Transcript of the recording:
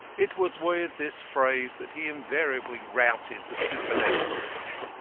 it was with this phrase that he invariably routed the supernaturalists.